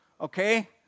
Okay